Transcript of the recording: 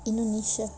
indonesia